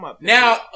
Now